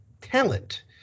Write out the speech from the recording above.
talent